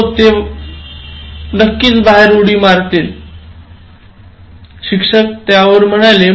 हो ते उडी मारतील विक्रेत्याने उत्तर दिले